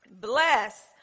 bless